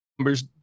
numbers